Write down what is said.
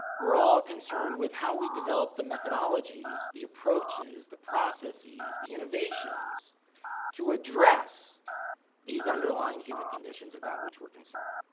we're all concerned with how we develop the methodologies, the approaches, the processes the innovations to address the underlying human conditions about which we're concerned.